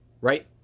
right